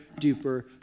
duper